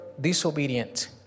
disobedient